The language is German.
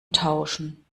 tauschen